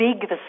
big